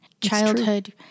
Childhood